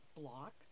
block